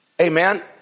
Amen